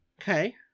Okay